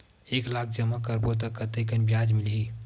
एक लाख जमा करबो त कतेकन ब्याज मिलही?